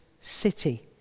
city